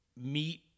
meet